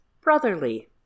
brotherly